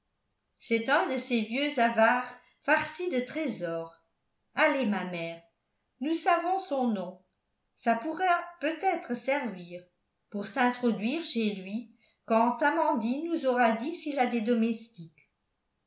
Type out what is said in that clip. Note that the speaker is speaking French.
c'est un de ces vieux avares farcis de trésors allez ma mère nous savons son nom ça pourra peut-être servir pour s'introduire chez lui quand amandine nous aura dit s'il a des domestiques